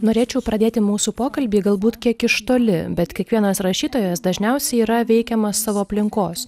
norėčiau pradėti mūsų pokalbį galbūt kiek iš toli bet kiekvienas rašytojas dažniausiai yra veikiamas savo aplinkos